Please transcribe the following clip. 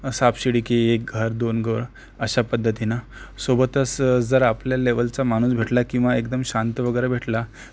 सापशिडी की एक घर दोन घर अशा पद्धतीनं सोबतच जर आपल्या लेवलचा माणूस भेटला किंवा एकदम शांत वगैरे भेटला